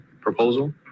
proposal